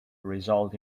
result